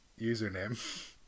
username